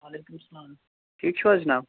وعلیکُم سَلام ٹھیٖک چھُو حظ جِناب